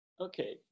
okay